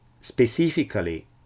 Specifically